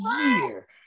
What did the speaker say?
year